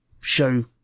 show